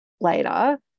later